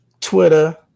Twitter